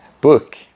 Book